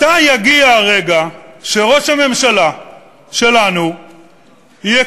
מתי יגיע הרגע שראש הממשלה שלנו יהיה